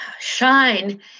shine